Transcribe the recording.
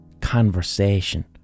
conversation